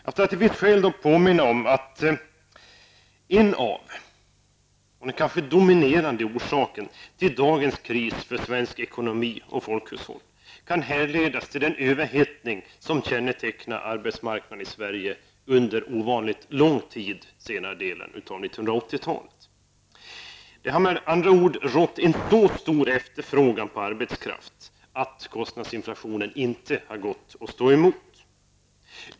Det finns skäl att påminna om att en av orsakerna, och kanske den dominerande orsaken, till dagens kris för svensk ekonomi och folkhushåll kan härledas till den överhettning som kännetecknat arbetsmarknaden i Sverige under ovanligt lång tid av senare delen av 80-talet. Det har med andra ord rått en så stor efterfrågan på arbetskraft att kostnadsinflationen inte har gått att stå emot.